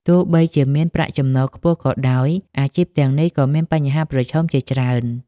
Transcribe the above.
ទោះបីជាមានប្រាក់ចំណូលខ្ពស់ក៏ដោយ អាជីពទាំងនេះក៏មានបញ្ហាប្រឈមជាច្រើន។